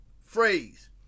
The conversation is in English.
phrase